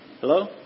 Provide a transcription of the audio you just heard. Hello